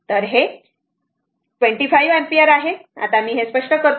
तर हे 25 अँपिअर आहे आता मी हे स्पष्ट करतो